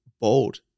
bold